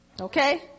Okay